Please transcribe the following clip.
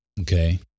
Okay